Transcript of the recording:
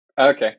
okay